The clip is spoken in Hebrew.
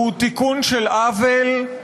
הוא תיקון של עוול,